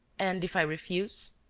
and, if i refuse?